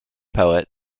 poet